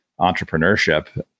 entrepreneurship